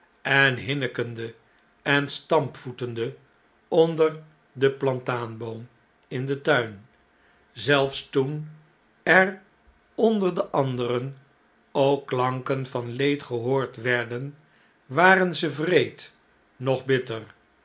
en hinnikende en stampvoetende onder den plataanboom in den tuin zelfs toen er onder de anderen ook klanken van leed gehoord werden waren ze wreed noch bitter